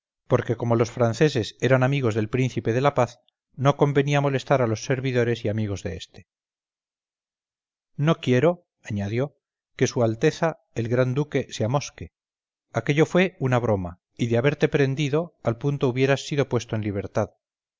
porque como los franceses eran amigos del príncipe de la paz no convenía molestar a los servidores y amigos de este no quiero añadió que s a el gran duque se amosque aquello fue una broma y de haberte prendido al punto hubieras sido puesto en libertad